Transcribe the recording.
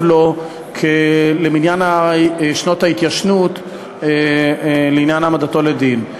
לו במניין שנות ההתיישנות לעניין העמדתו לדין.